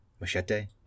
Machete